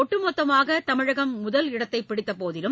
ஒட்டுமொத்தமாக தமிழகம் முதலிடத்தை பிடித்த போதிலும்